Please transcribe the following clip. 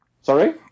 Sorry